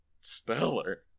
speller